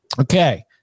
Okay